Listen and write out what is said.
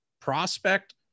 prospect